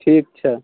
ठीक छै